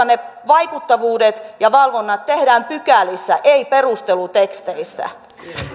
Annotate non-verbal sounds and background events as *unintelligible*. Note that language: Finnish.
*unintelligible* ne vaikuttavuudet ja valvonnat tehdään pykälissä ei perusteluteksteissä